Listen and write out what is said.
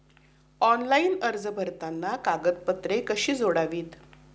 Online अर्ज भरताना कागदपत्रे कशी जोडावीत?